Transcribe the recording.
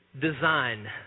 design